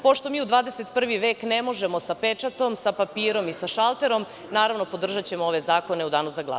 Pošto mi u 21. vek ne možemo sa pečatom, sa papirom i sa šalterom, naravno, podržaćemo ove zakone u Danu za glasanje.